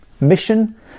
mission